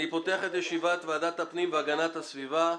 אני פותח את ישיבת ועדת הפנים והגנת הסביבה.